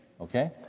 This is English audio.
Okay